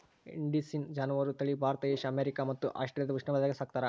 indicine ಜಾನುವಾರು ತಳಿ Bharat Asia America ಮತ್ತು ಆಸ್ಟ್ರೇಲಿಯಾದ ಉಷ್ಣವಲಯಾಗ ಸಾಕ್ತಾರ